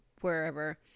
wherever